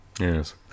Yes